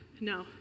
no